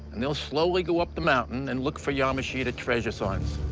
and they'll slowly go up the mountain and look for yamashita treasure signs.